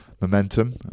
momentum